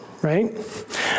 Right